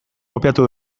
kopiatu